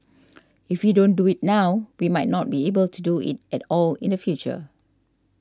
if we don't do it now we might not be able do it at all in the future